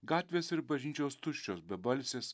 gatvės ir bažnyčios tuščios bebalsės